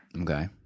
Okay